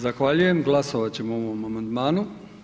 Zahvaljujem, glasovat ćemo o ovom amandmanu.